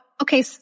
okay